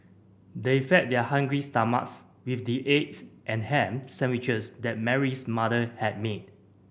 they fed their hungry stomachs with the eggs and ham sandwiches that Mary's mother had made